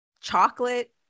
chocolate